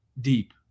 deep